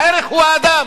הערך הוא האדם.